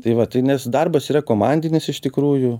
tai va nes darbas yra komandinis iš tikrųjų